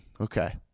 Okay